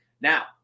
Now